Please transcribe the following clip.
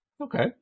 Okay